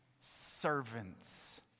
servants